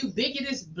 Ubiquitous